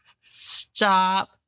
Stop